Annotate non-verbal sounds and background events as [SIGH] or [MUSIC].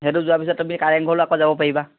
সেইটো যোৱাৰ পিছত তুমি কাৰেংঘৰ [UNINTELLIGIBLE] যাব পাৰিবা